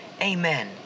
Amen